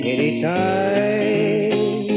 Anytime